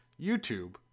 YouTube